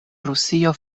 rusio